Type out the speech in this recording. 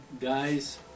guys